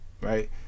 right